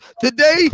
Today